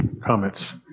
comments